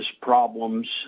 problems